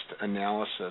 analysis